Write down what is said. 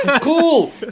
Cool